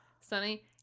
Sunny